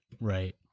Right